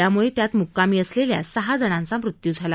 त्यामुळे त्यात मुक्कामी असलेल्या सहा जणांचा झाला